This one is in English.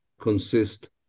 consist